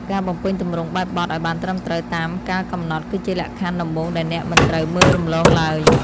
ការបំពេញទម្រង់បែបបទឱ្យបានត្រឹមត្រូវតាមកាលកំណត់គឺជាលក្ខខណ្ឌដំបូងដែលអ្នកមិនត្រូវមើលរំលងឡើយ។